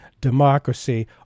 democracy